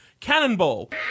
Cannonball